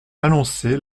annoncé